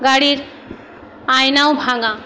গাড়ির আয়নাও ভাঙা